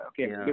okay